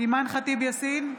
אימאן ח'טיב יאסין,